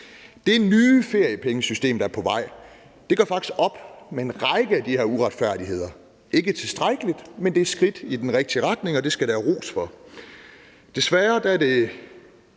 Det nye feriepengesystem, der er på vej, gør faktisk op med en række af de her uretfærdigheder – ikke tilstrækkeligt, men det er et skridt i den rigtige retning, og det skal der gives ros for.